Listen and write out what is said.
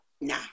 nah